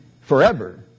forever